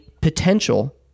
potential